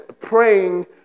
praying